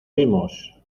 vimos